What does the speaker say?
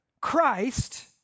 Christ